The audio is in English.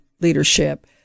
leadership